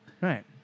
Right